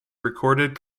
recorded